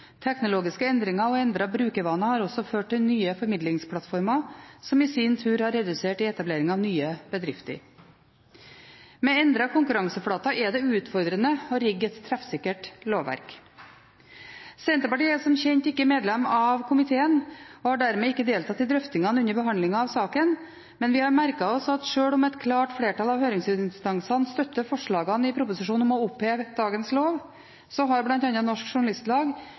Teknologiske endringer og endrede brukervaner har også ført til nye formidlingsplattformer, som i sin tur har resultert i etablering av nye bedrifter. Med endrede konkurranseflater er det utfordrende å rigge et treffsikkert lovverk. Senterpartiet er som kjent ikke medlem av komiteen og har dermed ikke deltatt i drøftingene under behandlingen av saken, men vi har merket oss at sjøl om et klart flertall av høringsinstansene støtter forslagene i proposisjonen om å oppheve dagens lov, har bl.a. Norsk Journalistlag